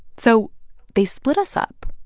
so they split us up.